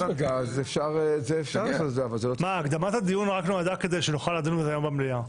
בגז אפשר --- הקדמת הדיון נועדה כדי שנוכל לדון בזה היום במליאה.